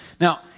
Now